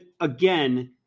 again